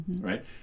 right